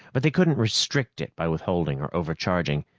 but they couldn't restrict it by withholding or overcharging.